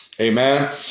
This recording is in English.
Amen